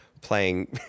playing